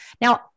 Now